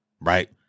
right